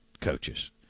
coaches